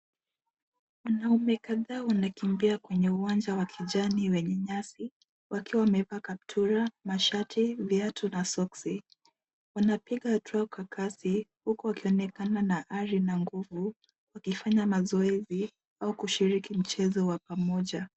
Wanaume kadhaa wanakimbia kwenye uwanja wa kijani wenye nyasi wakiwa wamevaa kaptura, mashati, viatu na soksi. Wanapiga hatua kwa kasi huku wakionekana na ari na nguvu, wakifanya mazoezi, au kushiriki mchezo wa pamoja.